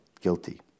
guilty